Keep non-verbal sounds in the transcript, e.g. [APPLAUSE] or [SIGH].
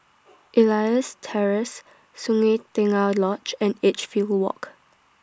[NOISE] Elias Terrace Sungei Tengah Lodge and Edgefield Walk